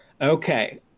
Okay